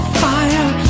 fire